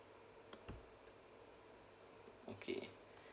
okay